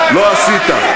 לא עשית.